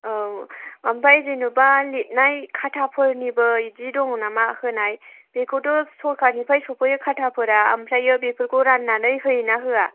औ ओमफ्राय जेनेबा लिरनाय खाथाफोरनिबो बिदि दङ नामा होनाय बेखौथ' सोरकारनिफ्राय सोख'यो खाथाफोरा ओमफ्रायो बेफोरखौ राननानै होयो ना होआ